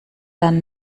dann